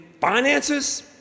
finances